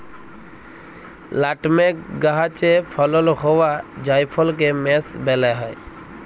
nutmeg গাহাচে ফলল হউয়া জাইফলকে মেস ব্যলা হ্যয়